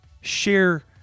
Share